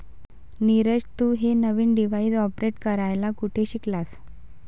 नीरज, तू हे नवीन डिव्हाइस ऑपरेट करायला कुठे शिकलास?